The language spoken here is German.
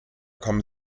kommen